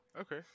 Okay